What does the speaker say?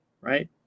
right